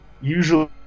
usually